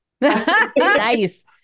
Nice